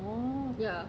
oh